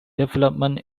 development